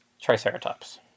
Triceratops